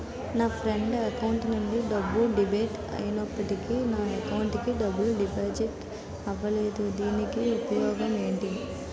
నా friend account నుండి డబ్బు డెబిట్ అయినప్పటికీ నా అకౌంట్ కి డబ్బు డిపాజిట్ అవ్వలేదుదీనికి ఉపాయం ఎంటి?